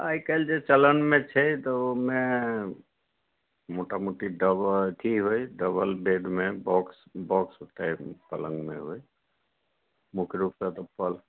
आइ काल्हि जे चलनमे छै तऽ ओहिमे मोटा मोटी डबल अथि होइ डबल बेडमे बॉक्स बॉक्स टाइप पलङ्गमे होइ मुख्य रूपसँ तऽ पलङ्ग